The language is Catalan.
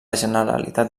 generalitat